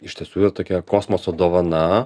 iš tiesų tokia kosmoso dovana